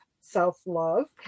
Self-Love